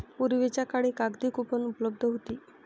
पूर्वीच्या काळी कागदी कूपन उपलब्ध होती